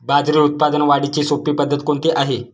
बाजरी उत्पादन वाढीची सोपी पद्धत कोणती आहे?